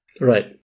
Right